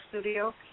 studio